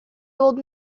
old